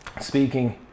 speaking